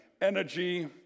energy